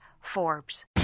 Forbes